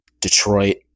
Detroit